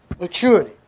Maturity